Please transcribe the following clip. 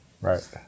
Right